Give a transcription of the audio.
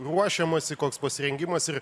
ruošiamasi koks pasirengimas ir